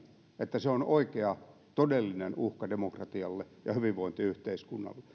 että se on oikea todellinen uhka demokratialle ja hyvinvointiyhteiskunnalle